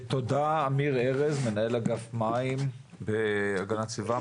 אמיר ארז מנהל אגף מים ונחלים בהגנת הסביבה.